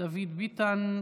דוד ביטן,